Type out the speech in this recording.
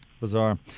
Bizarre